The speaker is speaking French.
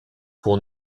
pour